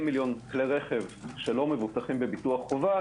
מיליון כלי רכב שלא מבוטחים בביטוח חובה,